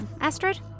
Astrid